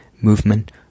movement